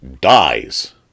dies